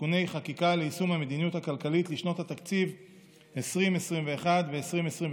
(תיקוני חקיקה ליישום המדיניות הכלכלית לשנות התקציב 2021 ו-2022),